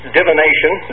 divination